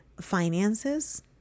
finances